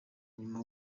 nyuma